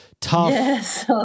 tough